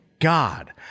God